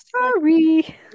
sorry